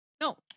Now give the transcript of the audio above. No